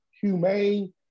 humane